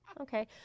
Okay